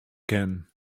kinnen